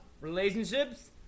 Relationships